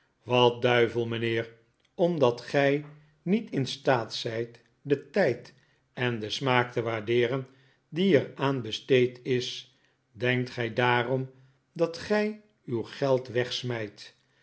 wat duivel mijnheer omdat gij niet in staat zijt den tijd en de smaak te waardeeren die er aan besteed is denkt gij daarom dat gij uw geld